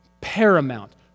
paramount